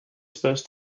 supposed